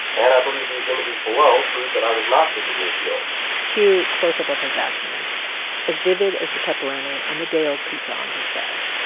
and i believe these images below prove that i was not physically appealing cue close-up of his acne as vivid as the pepperoni on the day-old pizza on his bed,